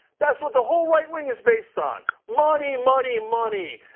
that's what the whole right wing is based on, money, money, money.